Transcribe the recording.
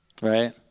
right